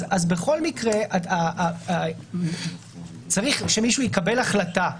בכל מקרה צריך שמישהו יקבל החלטה,